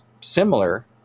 similar